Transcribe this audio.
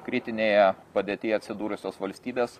kritinėje padėtyje atsidūrusios valstybės